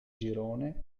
girone